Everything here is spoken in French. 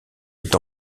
est